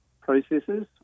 processes